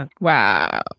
wow